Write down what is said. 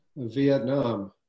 Vietnam